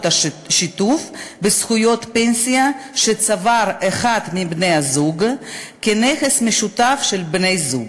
השיתוף בזכויות פנסיה שצבר אחד מבני-הזוג כנכס משותף של בני-זוג.